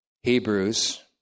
Hebrews